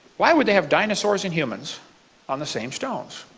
why would they have dinosaurs and humans on the same stones?